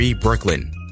Brooklyn